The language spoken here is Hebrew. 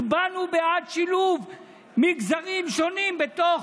הצבענו בעד שילוב מגזרים שונים בתוך